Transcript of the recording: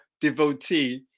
devotee